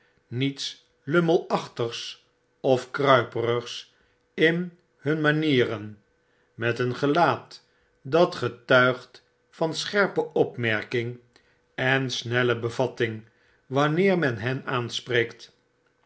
niets lummelachtigs of kruiperigs in hun manieren met een gelaat dal getuigt van scherpe opmerking en snelle bevatting wanneer men hen aanspreekt